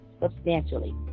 substantially